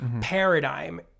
paradigm